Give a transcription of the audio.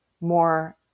more